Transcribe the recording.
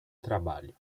trabalho